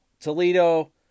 Toledo